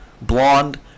Blonde